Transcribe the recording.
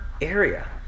area